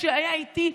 כשהיה איתי,